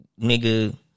Nigga